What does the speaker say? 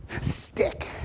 Stick